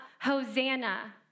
Hosanna